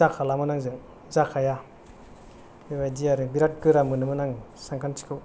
जाखालामोन आंजों जाखाया बेबायदि आरो बिराद गोरा मोनोमोन आङो सानखान्थिखौ